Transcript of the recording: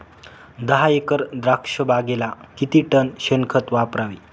दहा एकर द्राक्षबागेला किती टन शेणखत वापरावे?